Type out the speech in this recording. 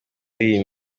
iyi